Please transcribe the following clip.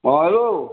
অ' hello